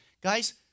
Guys